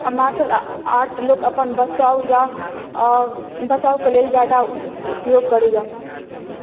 martial art लोक अपन बचाव या बचावके लेल ज्यादा उपयोग करैए